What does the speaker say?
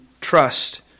trust